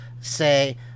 say